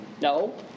no